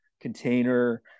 container